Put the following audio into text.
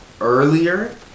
earlier